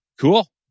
cool